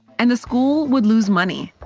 and the school would lose money